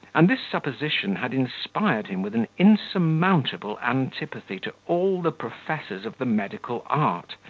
and this supposition had inspired him with an insurmountable antipathy to all the professors of the medical art,